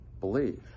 believe